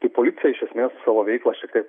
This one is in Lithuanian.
tai policija iš esmės savo veiklą šiek tiek